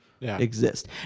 exist